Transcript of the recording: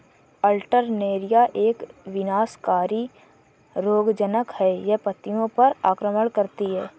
Alternaria एक विनाशकारी रोगज़नक़ है, यह पत्तियों पर आक्रमण करती है